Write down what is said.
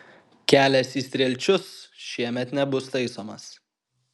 kelias į strielčius šiemet nebus taisomas